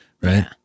Right